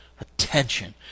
attention